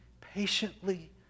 patiently